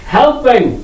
helping